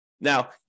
Now